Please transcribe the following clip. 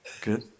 Good